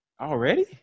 Already